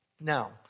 Now